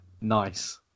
Nice